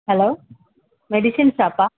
hello medicine ஷாப்பா